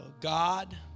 God